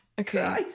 okay